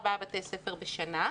ארבעה בתי-ספר בשנה.